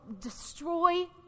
destroy